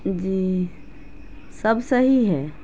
جی سب صحیح ہے